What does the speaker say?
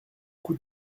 coup